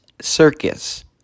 circus